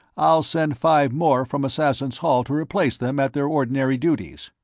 i'll send five more from assassins' hall to replace them at their ordinary duties.